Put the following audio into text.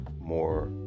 more